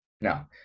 Now